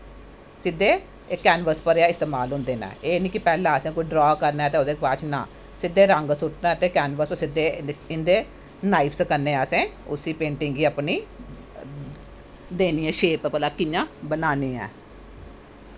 सिद्धे कैनवस पर इस्तेमाल होंदे नै एह् नी पैन ऐ कि पैह्लैं असैं ड्रा करना ऐ ना सिध्दा रंग सुट्टना ऐ ते कैनवस पर सिध्दे नाईफ दे कन्नै असैं उसी पेटिंग गी नमीं देनी ऐ शेप भला कियां बनानी ऐ